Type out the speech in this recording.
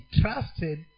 trusted